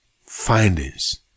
findings